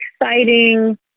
exciting